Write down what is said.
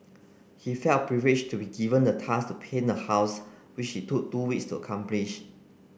he felt privileged to be given the task to paint the house which he took two weeks to accomplish